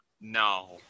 No